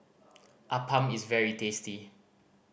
appam is very tasty